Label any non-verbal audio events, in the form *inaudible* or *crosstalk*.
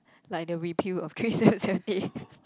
like the repeal of three seven seven A *laughs*